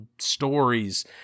stories